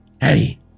Hey